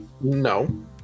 No